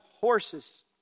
horse's